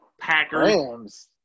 Packers